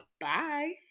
Bye